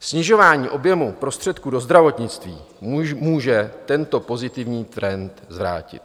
Snižování objemu prostředků do zdravotnictví může tento pozitivní trend zvrátit.